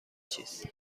چیز